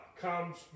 comes